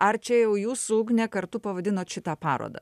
ar čia jau jūs su ugne kartu pavadinot šitą parodą